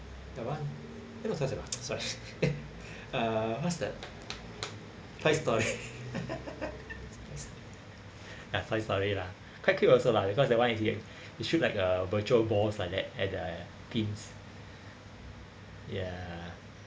the one that was such a such uh what's that toy story ah toy story lah quite cute also lah because that it can it shoot like a virtual balls like that at the pins ya